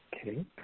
Okay